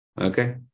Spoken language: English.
Okay